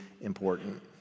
important